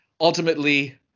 ultimately